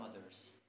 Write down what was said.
others